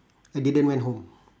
I didn't went home